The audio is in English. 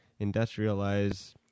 industrialize